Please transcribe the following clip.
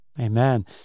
Amen